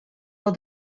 all